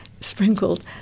sprinkled